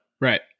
right